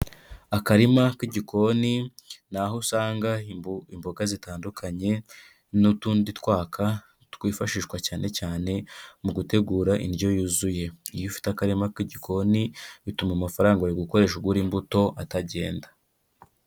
Akarima k'igikoni ni aho usanga imboga zitandukanye n'utundi twaka twifashishwa cyane cyane mu gutegura indyo yuzuye, iyo ufite akarima k'igikoni bituma amafaranga wari gukoresha ugura imbuto atagenda.